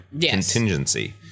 contingency